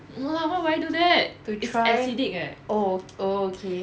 no lah why would I do that it's acidic eh